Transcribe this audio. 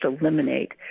eliminate